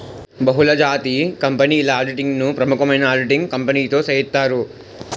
బహుళజాతి కంపెనీల ఆడిటింగ్ ను ప్రముఖమైన ఆడిటింగ్ కంపెనీతో సేయిత్తారు